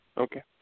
Okay